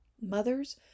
Mothers